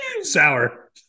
Sour